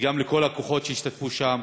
וגם לכל הכוחות שהשתתפו שם,